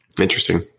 Interesting